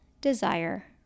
Desire